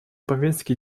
повестки